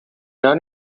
not